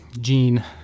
gene